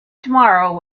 tomorrow